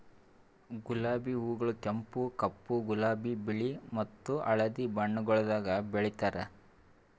ಗುಲಾಬಿ ಹೂಗೊಳ್ ಕೆಂಪು, ಕಪ್ಪು, ಗುಲಾಬಿ, ಬಿಳಿ ಮತ್ತ ಹಳದಿ ಬಣ್ಣಗೊಳ್ದಾಗ್ ಬೆಳೆತಾರ್